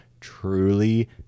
truly